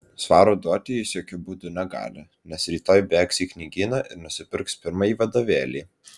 svaro duoti jis jokiu būdu negali nes rytoj bėgs į knygyną ir nusipirks pirmąjį vadovėlį